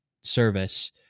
service